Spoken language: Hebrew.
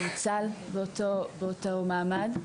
ניצל באותו מעמד.